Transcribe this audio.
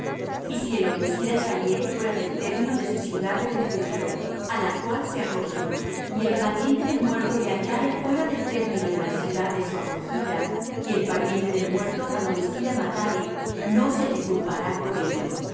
y si el homicida saliere fuera del término de su ciudad de refugio á la cual se acogió y el pariente del muerto le hayare fuera del término de la ciudad de su acogida y el pariente del muerto al homicida matare no se le culpará por ello